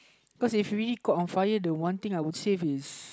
because if really caught on fire the one thing I would save is